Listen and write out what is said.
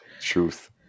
truth